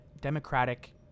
Democratic